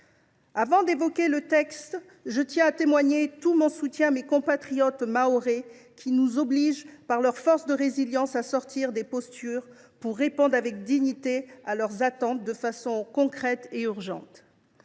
est soumis, je tiens à exprimer tout mon soutien à mes compatriotes mahorais, qui nous obligent, par leur force de résilience, à sortir des postures pour répondre avec dignité à leurs attentes, de façon concrète et urgente.